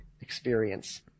experience